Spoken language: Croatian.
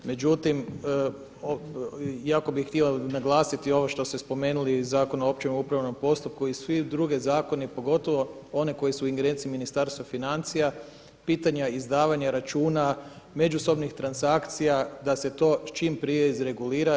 Međutim, iako bih htio naglasiti ovo što ste spomenuli Zakon o općem upravnom postupku i sve druge zakone pogotovo one koji su u ingerenciji Ministarstva financija, pitanja izdavanja računa, međusobnih transakcija da se to čim prije izregulira.